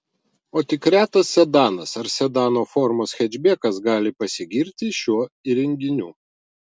o tik retas sedanas ar sedano formos hečbekas gali pasigirti šiuo įrenginiu